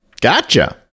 Gotcha